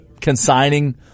consigning